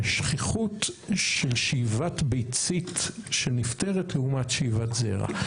השכיחות של שאיבת ביצית של נפטרת לעומת שאיבת זרע.